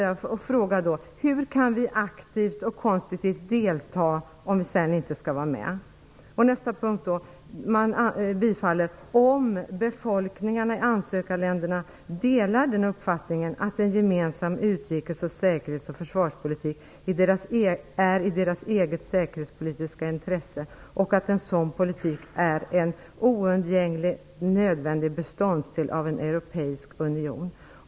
Hur kan vi aktivt och konstruktivt delta, om vi sedan inte skall vara med? Vidare står det att parlamentet bifaller -- om befolkningarna i ansökarländerna delar den uppfattningen att en gemensam utrikes-, säkerhetsoch försvarspolitik är i deras eget säkerhetspolitiska intresse och att en sådan politik är en oundgänglig, nödvändig beståndsdel av en europeisk union.